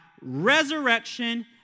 resurrection